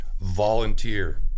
volunteer